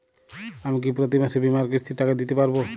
আমি কি প্রতি মাসে বীমার কিস্তির টাকা দিতে পারবো?